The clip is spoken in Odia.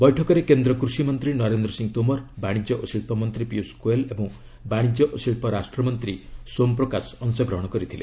ବୈଠକରେ କେନ୍ଦ୍ର କୃଷିମନ୍ତ୍ରୀ ନରେନ୍ଦ୍ର ସିଂହ ତୋମର ବାଣିଜ୍ୟ ଓ ଶିଳ୍ପ ମନ୍ତ୍ରୀ ପୀୟୂଷ ଗୋୟଲ୍ ଏବଂ ବାଣିକ୍ୟ ଓ ଶିଳ୍ପ ରାଷ୍ଟ୍ର ମନ୍ତ୍ରୀ ସୋମ୍ ପ୍ରକାଶ ଅଂଶଗ୍ରହଣ କରିଥିଲେ